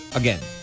again